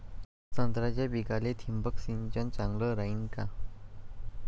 संत्र्याच्या पिकाले थिंबक सिंचन चांगलं रायीन का?